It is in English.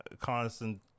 constant